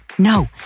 No